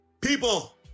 people